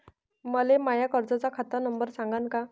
मले माया कर्जाचा खात नंबर सांगान का?